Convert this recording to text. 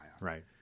Right